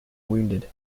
wounded